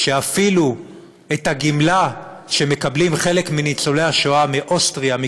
שאפילו את הגמלה שמקבלים חלק מניצולי השואה מאוסטריה,